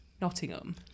Nottingham